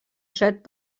set